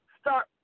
start